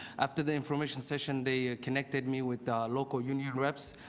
after the information session they connected me with local union reps.